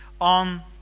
on